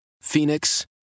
Phoenix